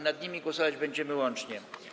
Nad nimi głosować będziemy łącznie.